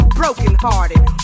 brokenhearted